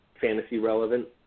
fantasy-relevant